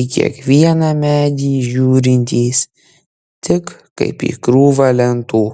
į kiekvieną medį žiūrintys tik kaip į krūvą lentų